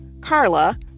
Carla